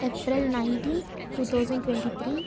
April nineteenth two thousand twenty three